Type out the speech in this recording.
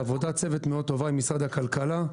יש עבודת צוות מאוד טובה עם משרד הכלכלה.